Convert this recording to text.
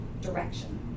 direction